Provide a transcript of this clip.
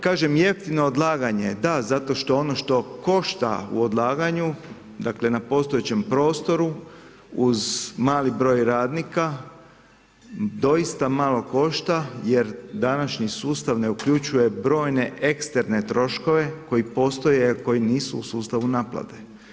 Kažem jeftino odlaganje da, zato što ono što košta u odlaganju, dakle na postojećem prostoru uz mali broj radnika doista malo košta jer današnji sustav ne uključuje brojne ekstremne troškove koji postoje, koji nisu u sustavu naplate.